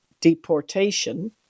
deportation